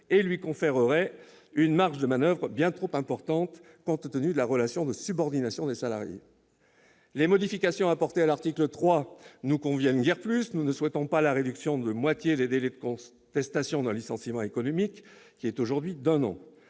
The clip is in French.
et lui conférerait une marge de manoeuvre bien trop importante, compte tenu de la relation de subordination existant entre lui et les salariés. Les modifications apportées à l'article 3 ne nous conviennent guère plus. Nous ne souhaitons pas la réduction de moitié du délai de contestation d'un licenciement économique, qui est aujourd'hui d'un an.